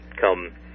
come